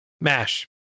Mash